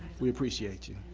we appreciate you.